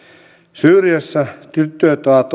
syyriassa tytöt ovat